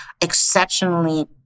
exceptionally